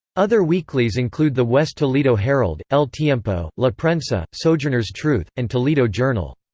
other weeklies include the west toledo herald, el tiempo, la prensa, sojourner's truth, and toledo journal.